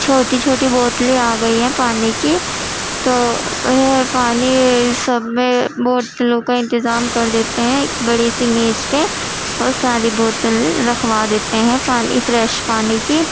چھوٹی چھوٹی بوتلیں آ گئی ہیں پانی کی تو وہ پانی سب میں بوتلوں کا انتظام کر دیتے ہیں بڑی سی میز پہ اور ساری بوتل رکھوا دیتے ہیں پانی فریش پانی کی